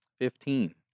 Fifteen